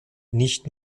nicht